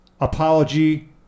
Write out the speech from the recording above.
Apology